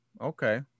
Okay